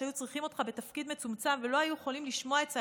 שהיו צריכים אותך בתפקיד מצומצם ולא היו יכולים לשמוע את צעקתך.